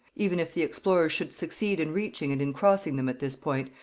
even if the explorers should succeed in reaching and in crossing them at this point,